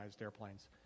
airplanes